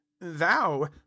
thou